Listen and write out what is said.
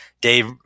Dave